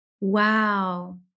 Wow